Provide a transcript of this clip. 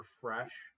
fresh